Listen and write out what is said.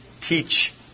teach